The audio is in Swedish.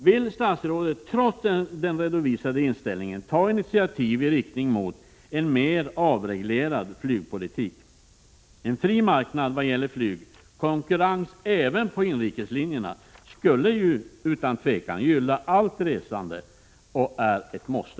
Vill statsrådet, trots den redovisade inställningen, ta initiativ i riktning mot en mer avreglerad flygpolitik? En fri marknad vad gäller flyg — konkurrens även på inrikeslinjerna — skulle utan tvivel gynna allt resande och är ett måste.